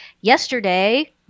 Yesterday